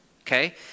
okay